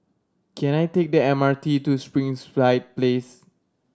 can I take the M R T to Springside Place